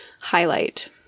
highlight